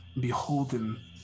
Beholden